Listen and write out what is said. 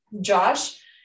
Josh